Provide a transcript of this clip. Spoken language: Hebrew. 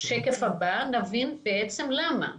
בשקף הבא נבין למה.